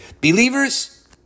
believers